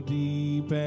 deep